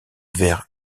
vers